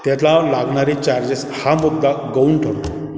त्यातला लागणारी चार्जेस हा मुद्दा गौण ठरतो